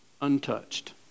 untouched